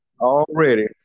Already